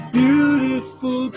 beautiful